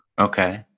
okay